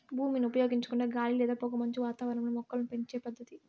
భూమిని ఉపయోగించకుండా గాలి లేదా పొగమంచు వాతావరణంలో మొక్కలను పెంచే పద్దతి